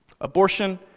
Abortion